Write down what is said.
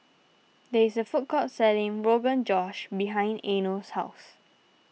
there is a food court selling Rogan Josh behind Eino's house